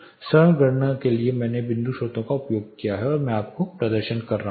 सरल गणना के लिए मैंने बिंदु स्रोतों का उपयोग किया है और मैं आपको प्रदर्शन कर रहा हूं